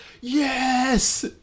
yes